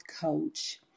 coach